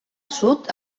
sud